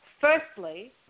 firstly